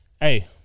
Hey